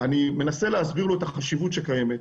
אני מנסה להסביר לו את החשיבות שקיימת,